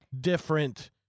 different